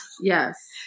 Yes